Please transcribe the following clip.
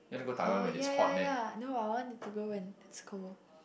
orh ya ya ya no I wanted to go when it's cold